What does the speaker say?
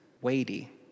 weighty